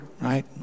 right